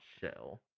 shell